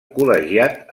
col·legiat